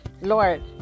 Lord